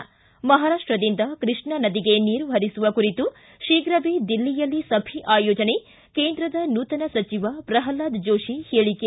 ್ಲಿ ಮಹಾರಾಪ್ಸದಿಂದ ಕೃಷ್ಣಾ ನದಿಗೆ ನೀರು ಹರಿಸುವ ಕುರಿತು ಶೀಘ್ರವೇ ದಿಲ್ಲಿಯಲ್ಲಿ ಸಭೆ ಆಯೋಜನೆ ಕೇಂದ್ರದ ನೂತನ ಸಚಿವ ಪ್ರಹ್ಲಾದ್ ಜೋಶಿ ಹೇಳಿಕೆ